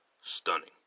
stunning